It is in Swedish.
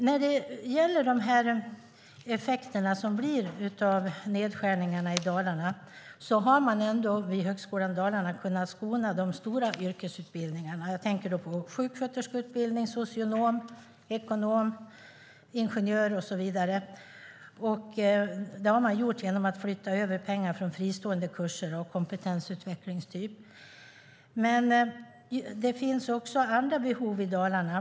När det gäller de effekter som blir av nedskärningarna i Dalarna har man vid Högskolan Dalarna ändå kunnat skona de stora yrkesutbildningarna. Jag tänker på sjuksköterskeutbildningen och utbildningen till socionom, ekonom, ingenjör och så vidare. Detta har man gjort genom att flytta över pengar från fristående kurser av kompetensutvecklingstyp. Men det finns också andra behov i Dalarna.